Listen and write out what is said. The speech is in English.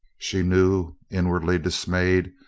she knew, inwardly dismayed,